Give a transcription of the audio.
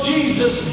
Jesus